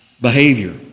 behavior